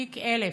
תיק 1000,